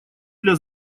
для